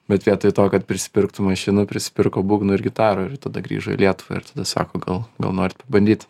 bet vietoj to kad prisipirktų mašinų prisipirko būgnų ir gitarą ir tada grįžo į lietuvą ir tada sako gal gal norit bandyt